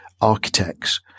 architects